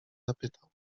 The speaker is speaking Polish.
zapytał